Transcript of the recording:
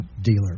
dealer